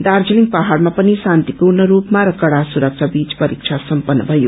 दार्जीलिङ पहाङमा पनि शान्तिपूर्ण रूपमा र कड़ा सुरक्षा बीच परीक्षा सम्पत्र भयो